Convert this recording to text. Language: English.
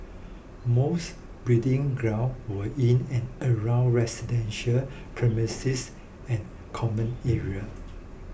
most breeding grounds were in and around residential premises and common area